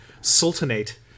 sultanate